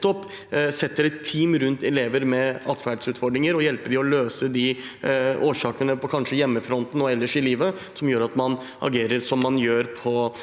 setter et team rundt elever med atferdsutfordringer og hjelper dem med å løse årsakene, kanskje på hjemmefronten eller ellers i livet, til at man agerer som man gjør på